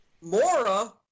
Mora